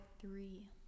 three